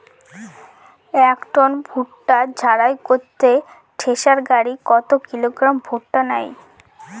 এক টন ভুট্টা ঝাড়াই করতে থেসার গাড়ী কত কিলোগ্রাম ভুট্টা নেয়?